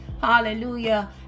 hallelujah